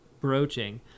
broaching